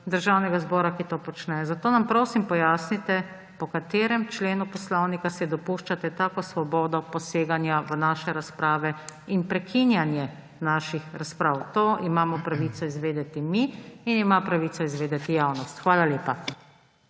Državnega zbora, ki to počne. Zato nam, prosim, pojasnite, po katerem členu poslovnika si dopuščate tako svobodo poseganja v naše razprave in prekinjanje naših razprav. To imamo pravico izvedeti mi in ima pravico izvedeti javnost. Hvala lepa.